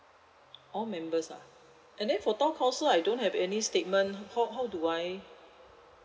all members ah and then for town council I don't have any statement how how do I